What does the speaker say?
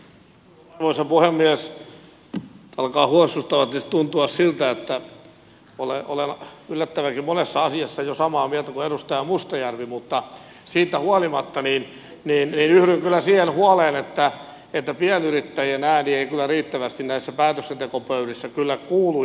nyt alkaa huolestuttavasti tuntua siltä että olen yllättävänkin monessa asiassa jo samaa mieltä kuin edustaja mustajärvi mutta siitä huolimatta yhdyn kyllä siihen huoleen että pienyrittäjien ääni ei riittävästi näissä päätöksentekopöydissä kyllä kuulu